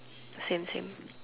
same same